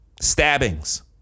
Stabbings